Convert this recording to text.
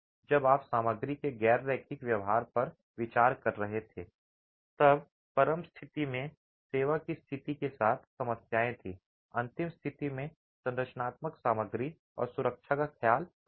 जब आप सामग्री के गैर रैखिक व्यवहार पर विचार कर रहे थे तब परम स्थिति में सेवा की स्थिति के साथ समस्याएँ थीं अंतिम स्थिति में संरचनात्मक सामग्री और सुरक्षा का ख्याल रखना